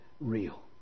real